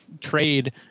trade